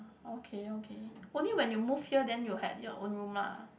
okay okay only when you move here then you had your own room ah